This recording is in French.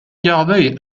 gardé